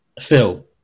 Phil